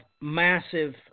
massive